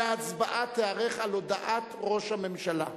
וההצבעה תיערך על הודעת ראש הממשלה.